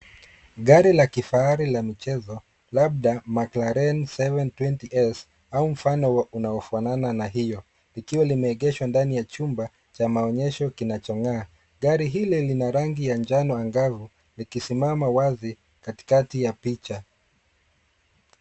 Gari la kifahari la mchezo labda McLaren 720S au mfano unaofanana na hio likiwa limeegeshwa ndani ya chumba cha maonyesho kinacho ngaa. Gari ile lina rangi ya njano angavu likisimama wazi katikati ya picha.